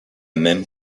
même